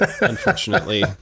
unfortunately